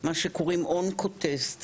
מה שקוראים אונקוטסט,